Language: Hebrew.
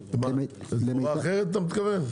על דבורה אחרת אתה מתכוון?